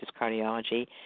Cardiology